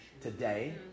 today